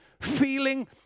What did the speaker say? feeling